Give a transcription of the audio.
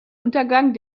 untergang